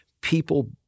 people